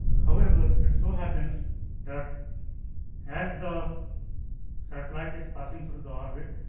however, it so, happens that as the satellite is passing through the orbit.